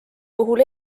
puhul